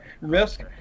risk